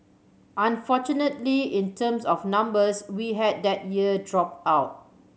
unfortunately in terms of numbers we had that year drop out